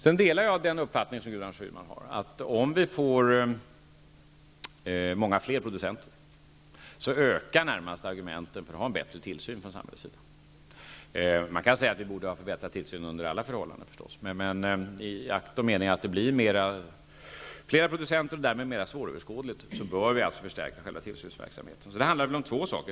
Jag delar den uppfattning som Gudrun Schyman har, att om vi får många fler producenter ökar närmast argumenten för en bättre tillsyn från samhällets sida. Man kan säga att vi borde ha förbättrat tillsynen under alla förhållanden, men i akt och mening att det blir flera producenter och därmed mera svåröverskådligt, bör vi alltså förstärka tillsynsverksamheten. Det handlar om två saker.